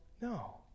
no